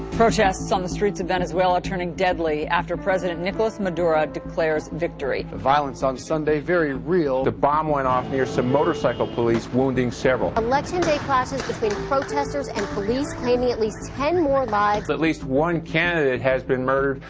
protests on the streets of venezuela turned deadly after president nicolas maduro declares victory. the violence on sunday very real the bomb went off near some motorcycle police wounding several. election day clashes between protesters and claiming at least ten more lives. at least one candidate has been murdered,